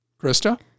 Krista